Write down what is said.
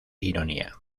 ironía